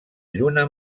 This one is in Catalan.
lluna